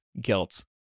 guilt